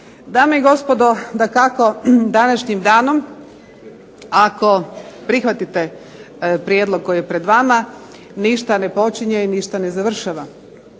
Dame i gospodo, dakako današnjim danom ako prihvatite prijedlog koji je pred vama ništa ne počinje i ništa ne završava.